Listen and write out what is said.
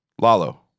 Lalo